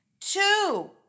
Two